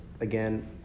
again